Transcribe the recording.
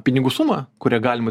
pinigų sumą kuria galima